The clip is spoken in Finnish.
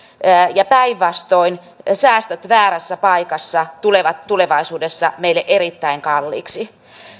ja päinvastoin säästöt väärässä paikassa tulevat tulevaisuudessa meille erittäin kalliiksi